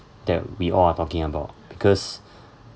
that we all are talking about because